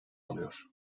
alıyor